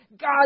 God